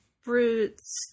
fruits